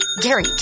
Gary